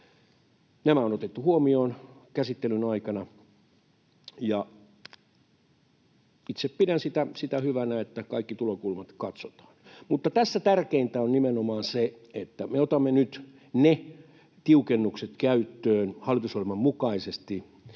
Nämä on otettu huomioon käsittelyn aikana. Itse pidän sitä hyvänä, että kaikki tulokulmat katsotaan. Mutta tässä tärkeintä on nimenomaan se, että me otamme nyt käyttöön ne tiukennukset hallitusohjelman mukaisesti,